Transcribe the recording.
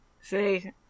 See